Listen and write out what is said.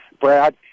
Brad